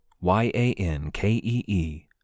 Y-A-N-K-E-E